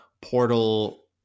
Portal